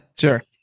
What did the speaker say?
Sure